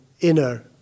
inner